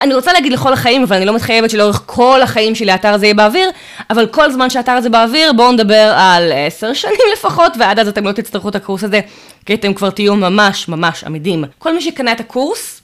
אני רוצה להגיד לכל החיים, אבל אני לא מתחייבת שלאורך כל החיים שלי האתר הזה יהיה באוויר, אבל כל זמן שאתר הזה באוויר, בואו נדבר על עשר שנים לפחות, ועד אז אתם לא תצטרכו את הקורס הזה, כי אתם כבר תהיו ממש ממש עמידים. כל מי שקנה את הקורס...